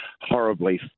horribly